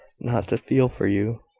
not to feel for you.